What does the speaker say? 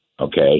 okay